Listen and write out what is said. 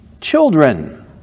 Children